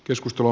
keskustelu